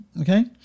okay